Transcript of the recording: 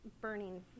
burning